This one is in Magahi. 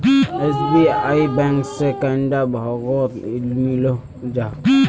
एस.बी.आई बैंक से कैडा भागोत मिलोहो जाहा?